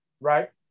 Right